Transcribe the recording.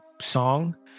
song